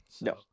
No